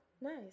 Nice